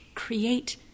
Create